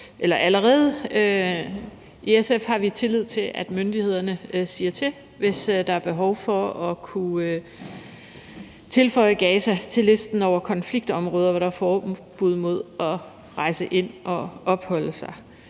debat. I SF har vi tillid til, at myndighederne siger til, hvis der er behov for at tilføje Gaza til listen over konfliktområder, hvor der er forbud mod at rejse ind og opholde sig.